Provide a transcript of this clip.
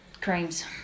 Creams